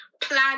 plan